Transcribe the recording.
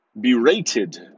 berated